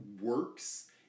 works